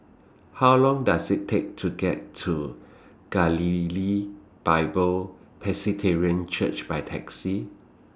How Long Does IT Take to get to Galilee Bible Presbyterian Church By Taxi